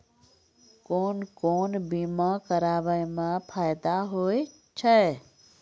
कोन कोन बीमा कराबै मे फायदा होय होय छै?